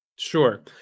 Sure